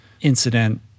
incident